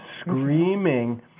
screaming